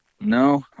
No